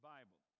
Bible